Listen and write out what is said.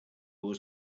was